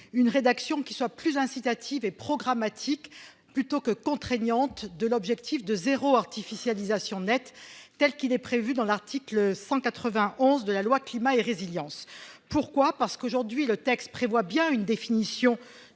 une rédaction qui soit plus incitative et programmatique plutôt que contraignantes de l'objectif de zéro artificialisation nette telle qu'il est prévu dans l'article 191 de la loi climat et résilience, pourquoi parce qu'aujourd'hui, le texte prévoit bien une définition